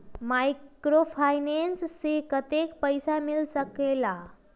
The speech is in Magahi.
माइक्रोफाइनेंस से कतेक पैसा मिल सकले ला?